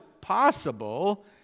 possible